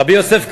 רבי יוסף קארו,